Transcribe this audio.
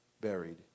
buried